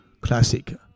Classic